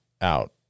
out